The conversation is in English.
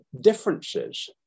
differences